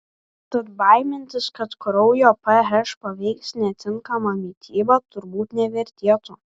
tad baimintis kad kraujo ph paveiks netinkama mityba turbūt nevertėtų